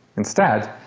instead,